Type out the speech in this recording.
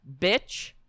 bitch